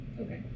Okay